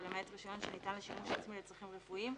ולמעט רישיון שניתן לשימוש עצמי לצרכים רפואיים,